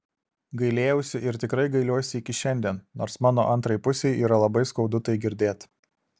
gailėjausi ir tikrai gailiuosi iki šiandien nors mano antrai pusei yra labai skaudu tai girdėt